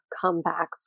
comeback